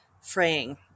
fraying